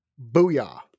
Booyah